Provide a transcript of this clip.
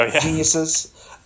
geniuses